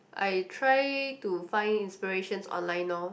I try to find inspirations online lor